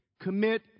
Commit